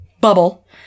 bubble